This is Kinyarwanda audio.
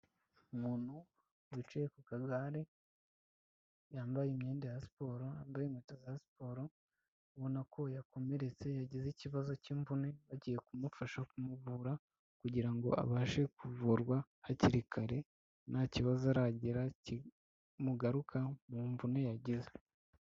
Umuntu wicaye ku kagare yambaye imyenda ya siporo. Yambaye inkweto za siporo ubona ko yakomeretse yagize ikibazo cy'imvune, agiye kumufasha kumuvura kugira ngo abashe kuvurwa hakiri kare nta kibazo aragira kimugarukaho mu mvune yagize.